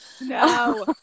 No